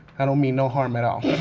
i don't mean no harm at all,